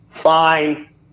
fine